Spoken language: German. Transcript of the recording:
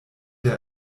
der